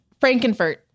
Frankenfurt